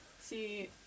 see